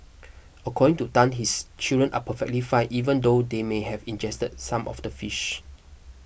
according to Tan his children are perfectly fine even though they may have ingested some of the fish